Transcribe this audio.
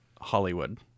Hollywood